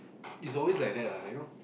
it's always like that lah you know